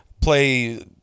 play